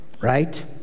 Right